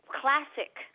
classic